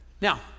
now